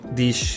diz